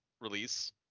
release